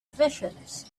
visions